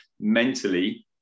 mentally